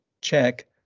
check